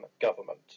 government